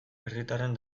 herritarren